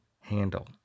handle